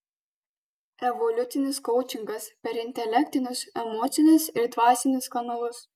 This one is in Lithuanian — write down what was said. evoliucinis koučingas per intelektinius emocinius ir dvasinius kanalus